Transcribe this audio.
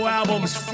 album's